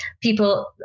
people